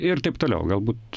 ir taip toliau galbūt